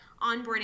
onboarding